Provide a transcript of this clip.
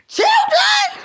Children